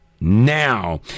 now